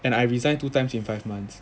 and I resigned two times in five months